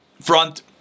front